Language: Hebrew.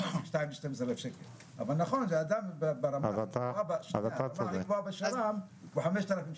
זה אדם --- בשר"מ הוא 5,000 שקל.